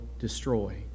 Destroy